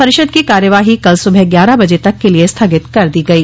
परिषद की कार्यवाही कल सुबह ग्यारह बजे तक के लिए स्थगित कर दी गई